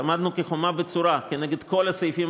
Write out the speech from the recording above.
עמדנו כחומה בצורה כנגד כל הסעיפים